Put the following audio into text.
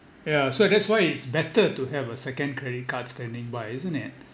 yeah so that's why it's better to have a second credit card standing by isn't it